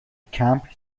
کمپ